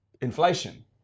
inflation